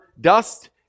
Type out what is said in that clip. dust